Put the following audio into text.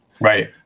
right